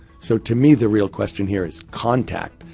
so to me the real question here is contact,